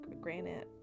granite